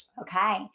Okay